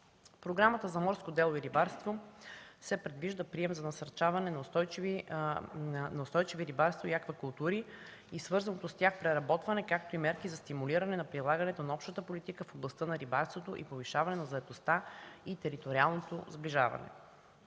Програмата за морско дело и рибарство се предвижда прием за насърчаване на устойчиви рибарство и аквакултури и свързаното с тях преработване, както и мерки за стимулиране на прилагането на Общата политика в областта на рибарството, повишаване на заетостта и териториалното сближаване;